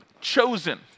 Chosen